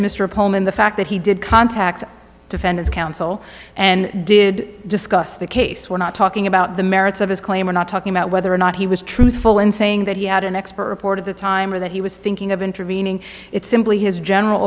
in the fact that he did contact defendant's counsel and did discuss the case we're not talking about the merits of his claim we're not talking about whether or not he was truthful in saying that he had an expert port at the time or that he was thinking of intervening it simply his general